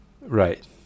Right